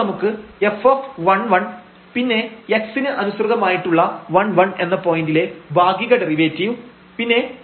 അപ്പോൾ നമുക്ക് f11 പിന്നെ x ന് അനുസൃതമായിട്ടുള്ള 11 എന്ന പോയന്റിലെ ഭാഗിക ഡെറിവേറ്റീവ് പിന്നെ